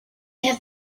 have